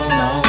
no